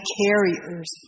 carriers